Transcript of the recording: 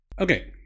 Okay